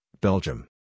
Belgium